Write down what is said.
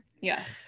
yes